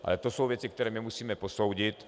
Ale to jsou věci, které musíme posoudit.